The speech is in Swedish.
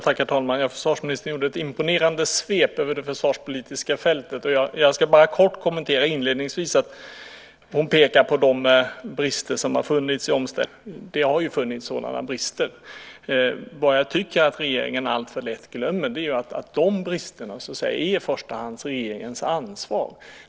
Herr talman! Försvarsministern gjorde ett imponerande svep över det försvarspolitiska fältet, och jag ska bara kort kommentera det inledningsvis. Hon pekar på de brister som har funnits i omställningsarbetet. Det har funnits sådana brister. Vad jag tycker att regeringen alltför lätt glömmer är att de bristerna i första hand är regeringens ansvar.